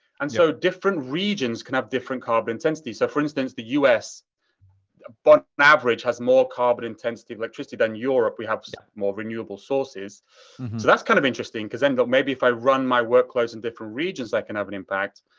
and so different regions can have different carbon intensity. so for instance, the us on but average has more carbon intensity of electricity than europe. we have so more renewable sources. so that's kind of interesting. because then but maybe if i run my workflows in different regions, i can have an impact.